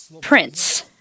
prince